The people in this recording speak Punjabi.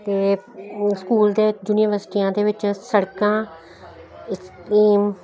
ਅਤੇ ਸਕੂਲ ਦੇ ਯੂਨੀਵਰਸਿਟੀਆਂ ਦੇ ਵਿੱਚ ਸੜਕਾਂ